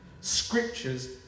Scriptures